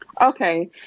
Okay